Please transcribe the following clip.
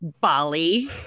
Bali